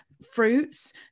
fruits